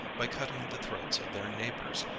by cutting the throats of their neighbors,